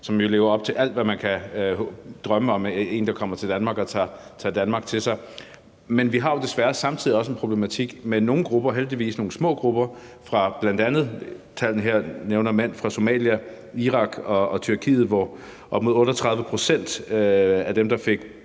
som lever op til alt, hvad man kan drømme om – en, der kommer til Danmark og tager Danmark til sig. Men vi har desværre samtidig også en problematik med nogle grupper, heldigvis nogle små grupper. Der nævnes tal for mænd fra bl.a. Somalia, Irak og Tyrkiet, hvor op mod 38 pct. af dem, der fik